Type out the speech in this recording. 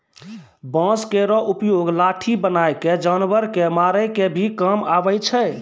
बांस केरो उपयोग लाठी बनाय क जानवर कॅ मारै के भी काम आवै छै